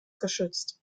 geschützt